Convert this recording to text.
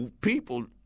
people